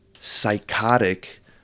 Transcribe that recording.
psychotic